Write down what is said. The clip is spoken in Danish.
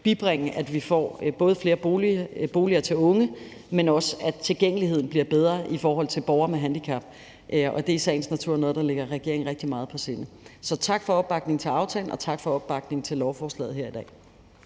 at vi får flere boliger til unge, men også, at tilgængeligheden bliver bedre i forhold til borgere med handicap, og det er i sagens natur noget, der ligger regeringen rigtig meget på sinde. Så tak for opbakningen til aftalen, og tak for opbakningen til lovforslaget her i dag.